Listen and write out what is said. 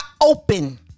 open